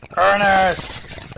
Ernest